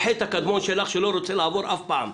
החטא הקדמון שלך שלא רוצה לעבור אף פעם,